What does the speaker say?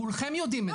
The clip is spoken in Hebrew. כולכם יודעים את זה.